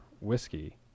whiskey